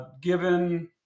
Given